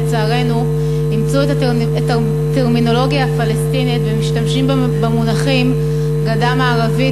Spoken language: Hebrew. לצערנו אימצו את הטרמינולוגיה הפלסטינית ומשתמשים במונחים "גדה מערבית"